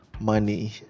money